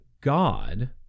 God